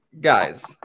guys